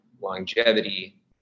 longevity